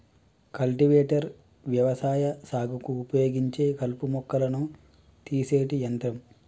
cultivator వ్యవసాయ సాగుకు ఉపయోగించే కలుపు మొక్కలను తీసేటి యంత్రం